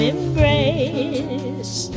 Embrace